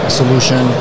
solution